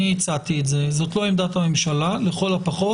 או להרתיע את הציבור מפני הפרה של תנאי האכיפה?